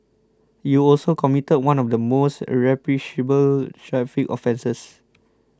you also committed one of the most traffic offences